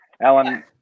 Alan